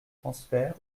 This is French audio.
transfert